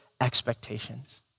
expectations